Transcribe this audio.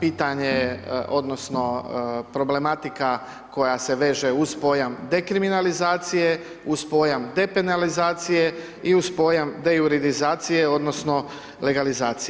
pitanje odnosno problematika koja se veže uz pojam dekriminalizacije, uz pojam depenalizacije i uz pojam dejuridizacije, odnosno legalizacije.